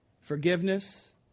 forgiveness